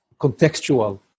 contextual